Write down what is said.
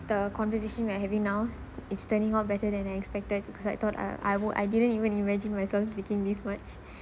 the conversation we are having now it's turning out better than I expected because I thought uh I would I didn't even imagine myself speaking this much